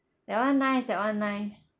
that [one] nice that [one] nice